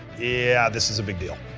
yeah this is a big deal.